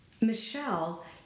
Michelle